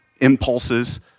impulses